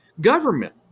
Government